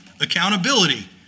accountability